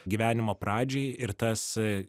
gyvenimo pradžiai ir tas